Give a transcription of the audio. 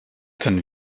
können